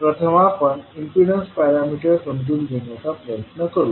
प्रथम आपण impedance parameters समजून घेण्याचा प्रयत्न करू